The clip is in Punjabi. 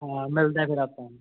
ਹਾਂ ਮਿਲਦੇ ਹਾਂ ਫਿਰ ਆਪਾਂ